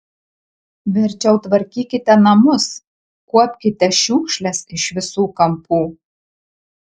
verčiau tvarkykite namus kuopkite šiukšles iš visų kampų